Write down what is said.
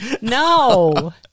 no